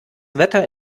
wetter